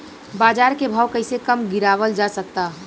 बाज़ार के भाव कैसे कम गीरावल जा सकता?